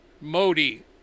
Modi